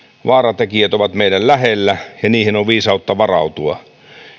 vaaratekijät ovat meidän lähellämme ja niihin on viisautta varautua